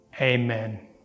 Amen